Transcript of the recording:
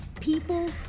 People